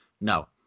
No